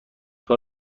بار